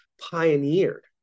pioneered